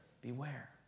beware